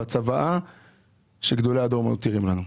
בצוואה שגדולי הדור מותירים לנו.